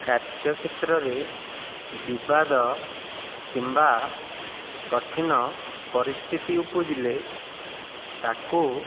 କାର୍ଯ୍ୟକ୍ଷେତ୍ରରେ ବିବାଦ କିମ୍ବା କଠିନ ପରିସ୍ଥିତି ଉପୁଜିଲେ ତାକୁ